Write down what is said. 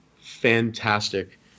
fantastic